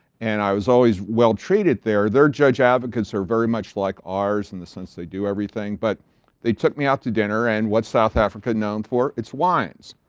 and i was always well-treated there. their judge advocates are very much like ours in the sense they do everything. but they took me out to dinner and what's south africa known for? it's wines.